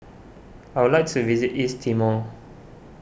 I would like to visit East Timor